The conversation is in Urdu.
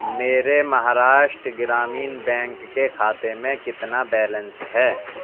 میرے مہاراشٹر گرامین بینک کے کھاتے میں کتنا بیلنس ہے